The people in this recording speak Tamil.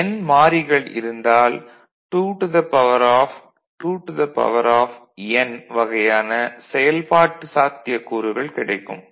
'n' 'மாறி'கள் இருந்தால் 22n வகையான செயல்பாட்டு சாத்தியக்கூறுகள் கிடைக்கும்